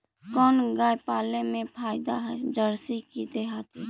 कोन गाय पाले मे फायदा है जरसी कि देहाती?